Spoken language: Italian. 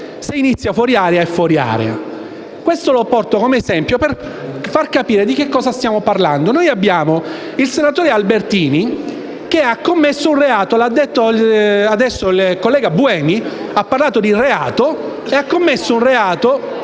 Se inizia fuori area; è fuori area. Questo lo porto come esempio per capire di cosa stiamo parlando. Il senatore Albertini ha commesso un reato; lo ha detto adesso il collega Buemi. Ha parlato di reato. *(Commenti del senatore